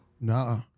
nah